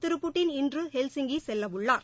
திரு Putin இன்று Helsinki செல்லவுள்ளார்